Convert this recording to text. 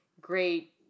great